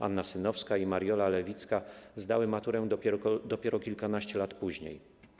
Anna Synowska i Mariola Lewicka zdały maturę dopiero kilkanaście lat później.